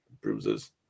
bruises